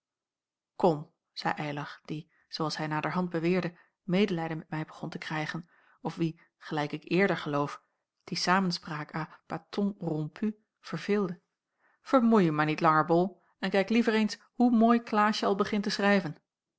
kom zeî eylar die zoo als hij naderhand beweerde medelijden met mij begon te krijgen of wien gelijk ik eerder geloof die samenspraak à batons rompus verveelde vermoei u maar niet langer bol en kijk liever eens hoe mooi klaasje al begint te schrijven